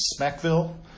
Smackville